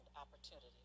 opportunity